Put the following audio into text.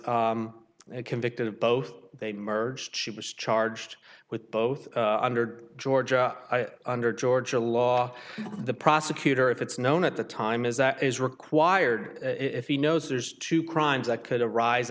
convicted of both they merged she was charged with both under georgia under georgia law the prosecutor if it's known at the time is that is required if he knows there's two crimes that could arise